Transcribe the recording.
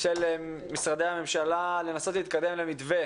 של משרדי הממשלה לנסות להתקדם למתווה